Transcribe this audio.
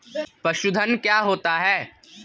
पशुधन क्या होता है?